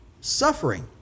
suffering